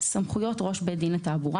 סמכויות ראש בית דין לתעבורה